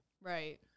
right